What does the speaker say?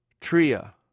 tria